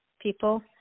people